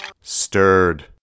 stirred